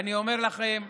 אני אומר לכם,